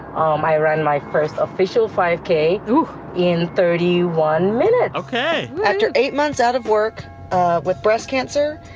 um i ran my first official five k in thirty one minutes ok after eight months out of work with breast cancer,